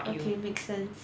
okay make sense